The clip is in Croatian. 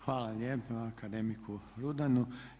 Hvala lijepa akademiku Rudanu.